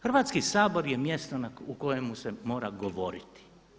Hrvatski sabor je mjesto u kojem se mora govoriti.